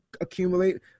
accumulate –